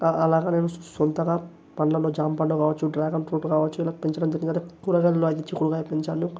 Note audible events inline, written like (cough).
అలాగా నేను సొంతగా పండ్లలో జామపండ్లు కావచ్చు డ్రాగన్ ఫ్రూట్ కావచ్చు నాకు (unintelligible) పెంచిన కూరగాయల్లో అయితే చిక్కుడుకాయ పెంచాను